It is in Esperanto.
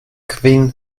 kvin